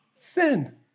sin